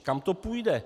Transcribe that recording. Kam to půjde?